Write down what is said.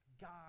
God